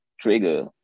trigger